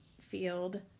field